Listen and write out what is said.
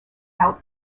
out